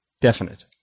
definite